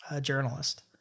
journalist